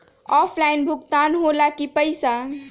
Offline भुगतान हो ला कि पईसा?